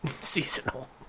seasonal